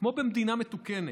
כמו במדינה מתוקנת,